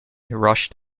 rushed